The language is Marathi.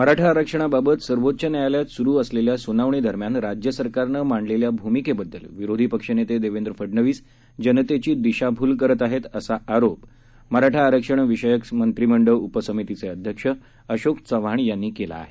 मराठा आरक्षणाबाबत सर्वोच्च न्यायालयात सुरु असलेल्या सुनावणीदरम्यान राज्य सरकारनं मांडलेल्या भूमीकेबद्दल विरोधी पक्षनेते देवेंद्र फडणवीस जनतेची दिशाभूल करत आहेत असा आरोप मराठा आरक्षण विषयक मंत्रीमंडळ उपसमितीचे अध्यक्ष अशोक चव्हाण यांनी केला आहे